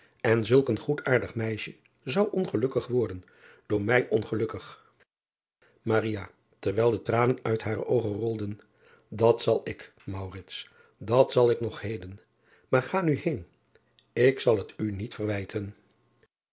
en zulk een goedaardig meisje zou ongelukkig worden door mij ongelukkig erwijl de tranen uit hare oogen rolden at zal ik dat zal ik nog heden aar ga nu heen k zal het u niet verwijten